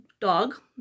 dog